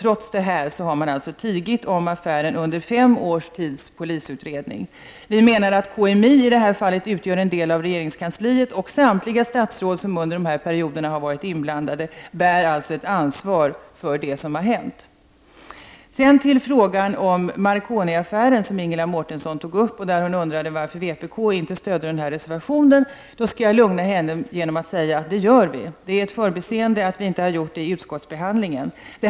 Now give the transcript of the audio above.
Trots detta har man alltså tigit om affären under fem års tids polisutredning. Vi menar att KMI i detta fall utgör en del av regeringskansliet, och samtliga statsråd som under denna period har varit inblandade bär alltså ett ansvar för det som har hänt. Sedan till frågan om Marconi-affären, som Ingela Mårtensson tog upp. Hon undrade varför vpk inte stödjer reservationen om detta, och jag skall lugna henne genom att säga att vi stödjer den. Det är ett förbiseende att vi inte har stött den i utskottsbehandlingen.